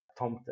tomte